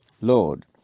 Lord